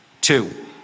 Two